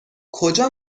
کجا